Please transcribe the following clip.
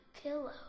pillow